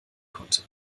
konnte